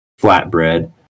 flatbread